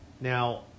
Now